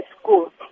school